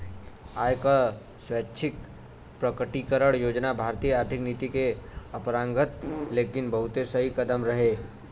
आय क स्वैच्छिक प्रकटीकरण योजना भारतीय आर्थिक नीति में अपरंपरागत लेकिन बहुत सही कदम रहे